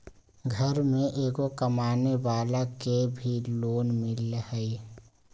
घर में एगो कमानेवाला के भी लोन मिलहई?